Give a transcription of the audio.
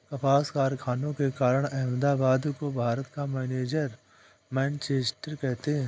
कपास कारखानों के कारण अहमदाबाद को भारत का मैनचेस्टर कहते हैं